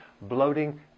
bloating